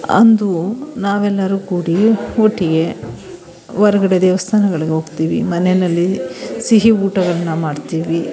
ಅಂದು ನಾವೆಲ್ಲರೂ ಕೂಡಿ ಒಟ್ಟಿಗೆ ಹೊರ್ಗಡೆ ದೇವಸ್ಥಾನಗಳಿಗೆ ಹೋಗ್ತೀವಿ ಮನೆಯಲ್ಲಿ ಸಿಹಿ ಊಟಗಳನ್ನ ಮಾಡ್ತೀವಿ